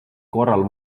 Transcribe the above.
korral